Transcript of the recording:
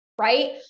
right